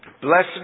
blessed